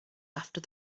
after